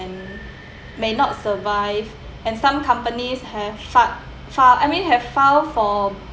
may not survive and some companies have fa~ fa~ I mean have filed for